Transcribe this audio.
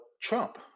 Trump